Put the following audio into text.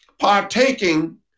partaking